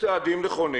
עבור